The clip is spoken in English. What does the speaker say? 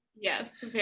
yes